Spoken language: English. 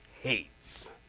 hates